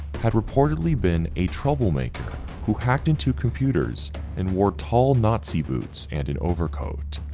had reportedly been a troublemaker who hacked into computers and wore tall nazi boots and an overcoat.